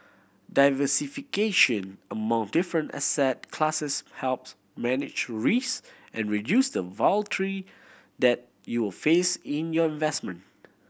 diversification among different asset classes helps manage risk and reduce the that you will face in your vestment